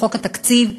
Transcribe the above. בחוק התקציב,